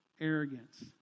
arrogance